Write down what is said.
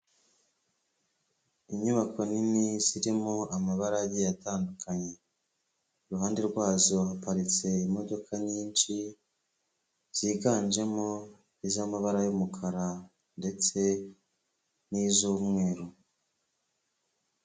Inyubako nini zirimo amabara agiye atandukanye, iruhande rwazo haparitse imodoka nyinshi ziganjemo iz'amabara y'umukara ndetse n'iz'umweru.